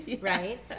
right